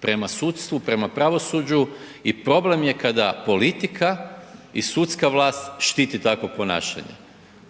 prema sudstvu, prema pravosuđu i problem je kada politika i sudska vlast štiti takvo ponašanje,